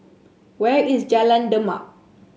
where is Jalan Demak